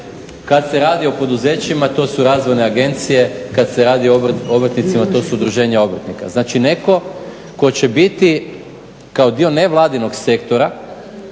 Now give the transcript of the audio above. Kad se radi o poduzećima to su razvojne agencije, kad se radi o obrtnicima to su udruženja obrtnika, znači netko tko će biti kao dio nevladinog sektora.